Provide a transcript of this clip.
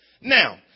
Now